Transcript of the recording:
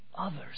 Others